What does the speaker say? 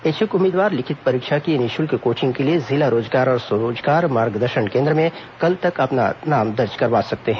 इच्छुक उम्मीदवार लिखित परीक्षा की निःशुल्क कोचिंग के लिए जिला रोजगार और स्वरोजगार मार्गदर्शन केंद्र में कल तक अपना नाम दर्ज करवा सकते हैं